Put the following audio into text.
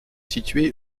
située